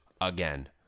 again